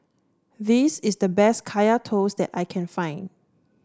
this is the best Kaya Toast that I can find